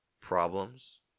problems